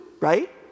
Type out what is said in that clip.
right